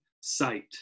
sight